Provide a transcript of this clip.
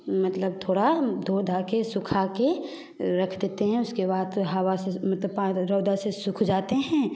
मतलब थोड़ा धो धा के सूखा के रख देते हैं उसके बाद हावा से मतलब पार रौदा से सूख जाते हैं